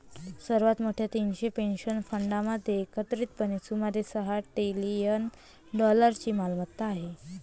सर्वात मोठ्या तीनशे पेन्शन फंडांमध्ये एकत्रितपणे सुमारे सहा ट्रिलियन डॉलर्सची मालमत्ता आहे